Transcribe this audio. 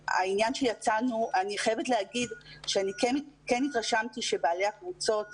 אני חייבת להגיד שאני כן התרשמתי שבעלי הקבוצות